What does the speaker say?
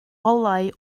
olau